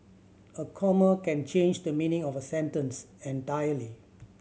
a comma can change the meaning of a sentence entirely